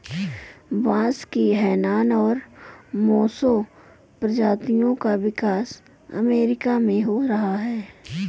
बांस की हैनान और मोसो प्रजातियों का विकास अमेरिका में हो रहा है